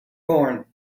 born